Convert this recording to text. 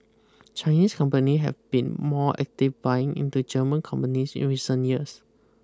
Chinese company have been more active buying into German companies in recent years